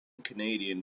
canadian